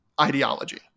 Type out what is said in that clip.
ideology